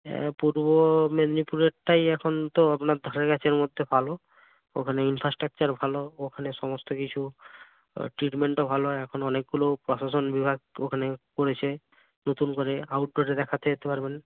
হ্যাঁ পূর্ব মেদিনীপুরেরটাই এখন তো আপনার ধারে কাছের মধ্যে ভালো ওখানে ইনফ্রাস্ট্রাকচার ভালো ওখানে সমস্ত কিছু ট্রিটমেন্টও ভালো হয় এখন অনেকগুলো প্রশাসন বিভাগ ওখানে করেছে নতুন করে আউটডোরে দেখাতে যেতে পারবেন